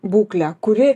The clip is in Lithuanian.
būklę kuri